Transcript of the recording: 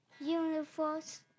universe